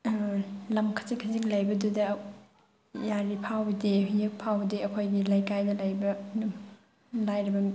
ꯂꯝ ꯈꯖꯤꯛ ꯈꯖꯤꯛ ꯂꯩꯕꯗꯨꯗ ꯌꯥꯔꯤꯐꯥꯎꯕꯗꯤ ꯐꯥꯎꯕꯗꯤ ꯑꯩꯈꯣꯏꯒꯤ ꯂꯩꯀꯥꯏꯗ ꯂꯩꯕ ꯑꯗꯨꯝ ꯂꯥꯏꯔꯕ